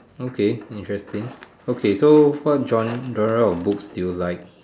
okay interesting okay so what genre genre of books do you like